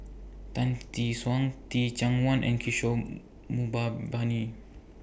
Tan Tee Suan Teh Cheang Wan and Kishore Mahbubani